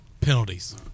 Penalties